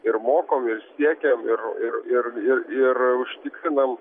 ir mokom ir siekiam ir ir ir ir ir užtikrinam